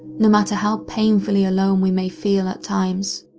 no matter how painfully alone we may feel at times.